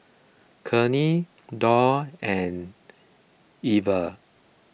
Kenney Dorr and Weaver